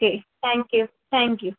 okay thank you thank you